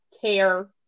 care